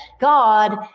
God